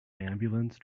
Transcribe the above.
ambulance